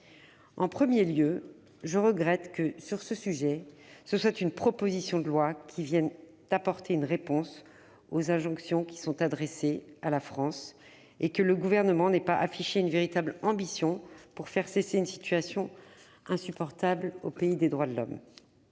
En premier lieu, je regrette que, sur ce sujet, ce soit une proposition de loi qui vienne apporter une réponse aux injonctions qui sont adressées à la France et que le Gouvernement n'ait pas affiché de véritable ambition pour faire cesser une situation insupportable au pays des droits de l'homme.